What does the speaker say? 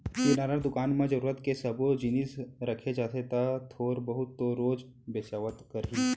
किराना दुकान म जरूरत के सब्बो जिनिस रखे जाथे त थोर बहुत तो रोज बेचाबे करही